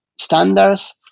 standards